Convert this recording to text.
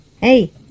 Hey